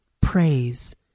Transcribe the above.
Praise